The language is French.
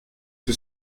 que